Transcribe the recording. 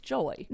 Joy